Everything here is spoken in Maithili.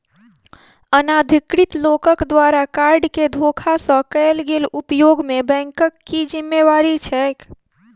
अनाधिकृत लोकक द्वारा कार्ड केँ धोखा सँ कैल गेल उपयोग मे बैंकक की जिम्मेवारी छैक?